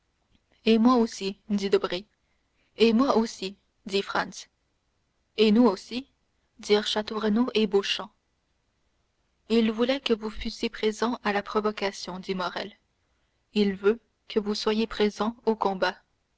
et moi aussi dit debray et moi aussi dit franz et nous aussi dirent château renaud et beauchamp il voulait que vous fussiez présents à la provocation dit morrel il veut que vous soyez présents au combat